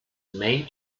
made